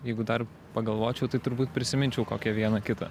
jeigu dar pagalvočiau tai turbūt prisiminčiau kokią vieną kitą